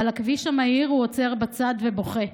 / על הכביש המהיר, עומד בצד הדרך / בוכה.